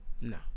No